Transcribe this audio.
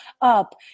up